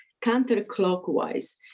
counterclockwise